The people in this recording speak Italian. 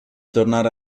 tornare